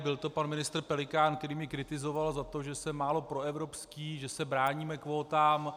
Byl to pan ministr Pelikán, který mě kritizoval za to, že jsem málo proevropský, že se bráníme kvótám.